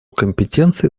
компетенции